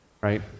right